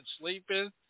sleeping